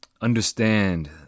understand